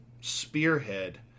spearhead